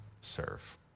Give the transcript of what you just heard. serve